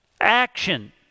action